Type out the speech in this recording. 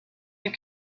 you